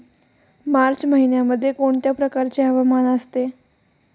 मार्च महिन्यामध्ये कोणत्या प्रकारचे हवामान असते?